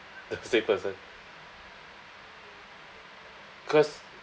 the same person cause